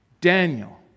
Daniel